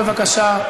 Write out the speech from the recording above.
בבקשה,